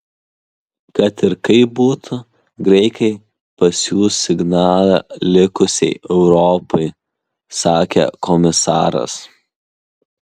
kad ir kaip būtų graikai pasiųs signalą likusiai europai sakė komisaras